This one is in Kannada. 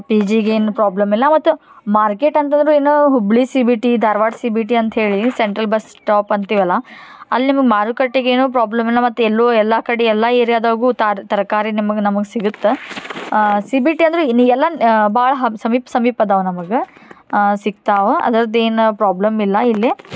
ಪಿ ಜಿಗೇನು ಪ್ರಾಬ್ಲಮ್ ಇಲ್ಲ ಮತ್ತು ಮಾರ್ಕೆಟ್ ಅಂತದ್ರು ಏನು Hubballi C B T Dharwad C B T ಅಂತ್ಹೇಳಿ ಸೆಂಟ್ರಲ್ ಬಸ್ ಸ್ಟಾಪ್ ಅಂತೀವಲ್ಲ ಅಲ್ಲಿ ನಿಮಗೆ ಮಾರುಕಟ್ಟೆಗೆನು ಪ್ರಾಬ್ಲಮ್ ಇಲ್ಲ ಮತ್ತು ಎಲ್ಲು ಎಲ್ಲ ಕಡೆ ಎಲ್ಲಾ ಏರಿಯಾದಾಗು ತಾರ್ ತರ್ಕಾರಿ ನಿಮಗೆ ನಮಗೆ ಸಿಗತ್ತೆ ಸಿ ಬಿ ಟಿ ಅಂದರೆ ಇನ್ನ ಎಲ್ಲ ಭಾಳ ಹಬ್ ಸಮೀಪ ಸಮೀಪ ಅದಾವ ನಮಗೆ ಸಿಕ್ತಾವ ಅದ್ರದ್ದೇನು ಪ್ರಾಬ್ಲಮ್ ಇಲ್ಲ ಇಲ್ಲಿ